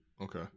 Okay